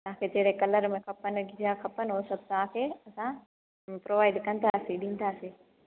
तव्हांखे जेड़े कलर में खपन जीअं खपन उहो सब तव्हांखे असां प्रोवाइड कंदासी ॾींदासी